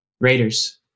Raiders